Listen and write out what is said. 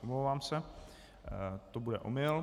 Omlouvám se, to bude omyl.